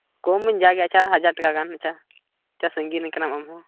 ᱠᱚᱢᱟᱹᱧ ᱡᱟᱜᱮ ᱟᱪᱪᱷᱟ ᱦᱟᱡᱟᱨ ᱴᱟᱠᱟ ᱜᱟᱱ ᱟᱪᱪᱷᱟ ᱟᱪᱷᱟ ᱥᱟᱺᱜᱤᱧ ᱨᱮᱱ ᱠᱟᱱᱟᱢ ᱟᱢ ᱦᱚᱸ